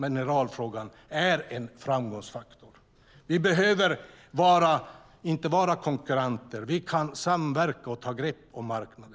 mineralfrågan är en framgångsfaktor. Vi behöver inte vara konkurrenter. Vi kan samverka och ta grepp om marknaden.